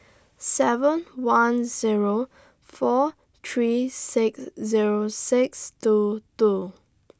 seven one Zero four three six Zero six two two